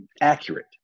accurate